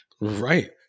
Right